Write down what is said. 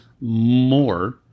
more